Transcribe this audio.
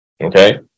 Okay